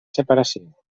separació